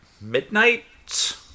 midnight